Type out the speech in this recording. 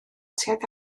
tuag